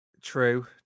True